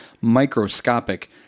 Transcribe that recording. microscopic